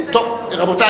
רבותי,